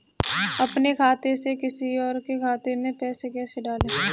अपने खाते से किसी और के खाते में पैसे कैसे डालें?